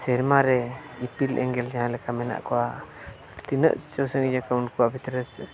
ᱥᱮᱨᱢᱟ ᱨᱮ ᱤᱯᱤᱞᱼᱮᱸᱜᱮᱞ ᱡᱟᱦᱟᱸ ᱞᱮᱠᱟ ᱢᱮᱱᱟᱜ ᱠᱚᱣᱟ ᱛᱤᱱᱟᱹᱜ ᱪᱚ ᱥᱟᱺᱜᱤᱧᱟ ᱠᱚ ᱩᱱᱠᱩᱣᱟᱜ ᱵᱷᱤᱛᱨᱤ